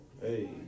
Hey